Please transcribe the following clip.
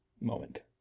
moment